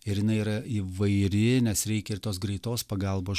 ir jinai yra įvairi nes reikia ir tos greitos pagalbos